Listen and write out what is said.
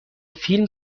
فیلم